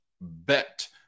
bet